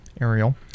Ariel